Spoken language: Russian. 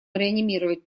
реанимировать